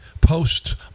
posts